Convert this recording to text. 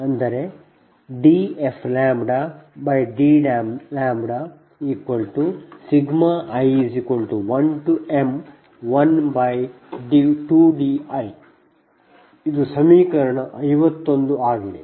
ಅಂದರೆ dfdλi1m12di ಇದು ಸಮೀಕರಣ 51 ಆಗಿದೆ